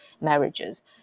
marriages